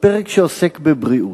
בפרק שעוסק בבריאות.